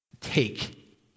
take